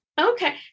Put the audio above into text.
Okay